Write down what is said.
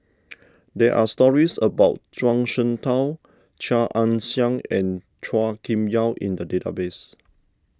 there are stories about Zhuang Shengtao Chia Ann Siang and Chua Kim Yeow in the database